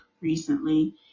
recently